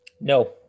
no